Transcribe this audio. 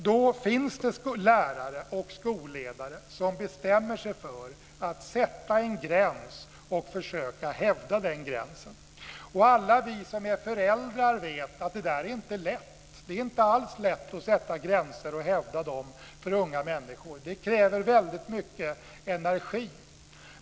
Det finns lärare och skolledare som bestämmer sig för att sätta en gräns och försöka hävda den gränsen. Alla vi som är föräldrar vet att det där inte är lätt. Det är inte alls lätt att sätta gränser och hävda dem för unga människor. Det kräver mycket energi.